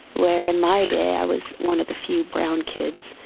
where in my day i was one of the few brown kids,